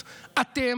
אנחנו,